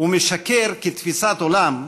ומשקר כתפיסת עולם,